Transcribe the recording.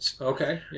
Okay